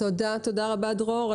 תודה רבה דרור.